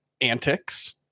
antics